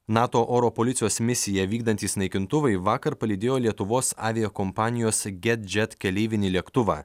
nato oro policijos misiją vykdantys naikintuvai vakar palydėjo lietuvos aviakompanijos getjet keleivinį lėktuvą